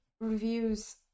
reviews